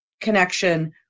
connection